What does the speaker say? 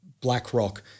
BlackRock